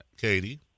Katie